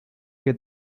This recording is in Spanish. que